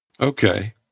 Okay